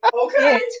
Okay